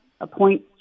appoint